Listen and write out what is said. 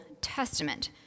Testament